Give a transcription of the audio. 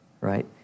right